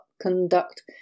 conduct